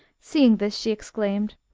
seeing this she exclaimed,